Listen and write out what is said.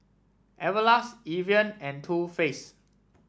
Everlast Evian and Too Face